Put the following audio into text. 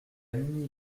mini